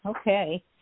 Okay